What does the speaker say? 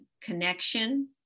connection